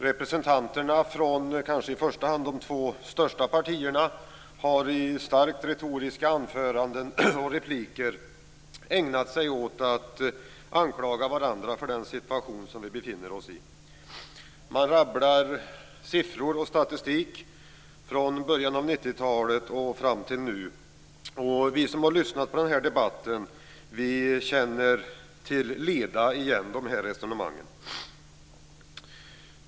Representanterna från kanske i första hand de två största partierna har i starkt retoriska anföranden och repliker ägnat sig åt att anklaga varandra för den situation som vi befinner oss i. Man rabblar siffror och statistik från början av 90-talet fram till nu. Vi som har lyssnat till den här debatten känner till leda igen resonemangen.